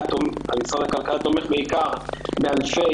משרד הכלכלה תומך בעיקר באנשי